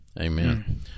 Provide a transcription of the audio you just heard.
Amen